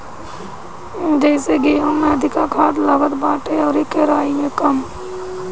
जइसे गेंहू में अधिका खाद लागत बाटे अउरी केराई में कम